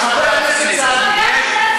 חבר הכנסת סעדי,